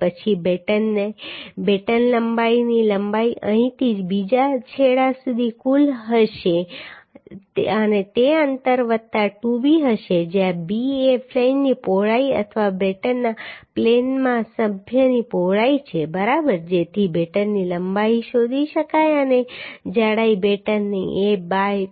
પછી બેટનની બેટન લંબાઈની લંબાઈ અહીંથી બીજા છેડા સુધી કુલ હશે અને તે અંતર વત્તા 2b હશે જ્યાં b એ ફ્લેંજની પહોળાઈ અથવા બેટનના પ્લેનમાં સભ્યની પહોળાઈ છે બરાબર જેથી બેટનની લંબાઈ શોધી શકાય અને જાડાઈ બેટનનો એ બાય